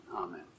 amen